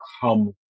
come